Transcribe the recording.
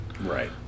Right